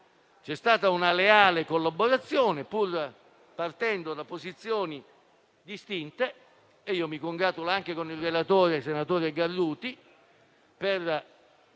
C'è stata una leale collaborazione, pur partendo da posizioni distinte, e mi congratulo anche con il relatore, senatore Garruti, per